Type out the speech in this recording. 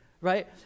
right